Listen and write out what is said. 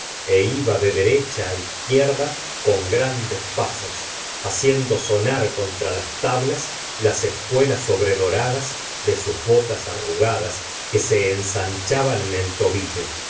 é iba de derecha á izquierda con grandes pasos haciendo sonar contra las tablas las espuelas sobredoradas de sus botas arrugadas que se ensanchaban en el tobillo